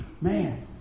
Man